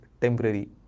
temporary